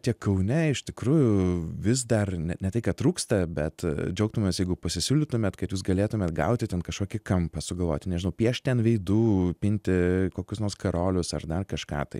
tiek kaune iš tikrųjų vis dar ne ne tai kad trūksta bet džiaugtumėmės jeigu pasisiūlytumėt kad jūs galėtumėt gauti ten kažkokį kampą sugalvoti nežinau piešti an veidų pinti kokius nors karolius ar dar kažką tai